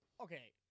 Okay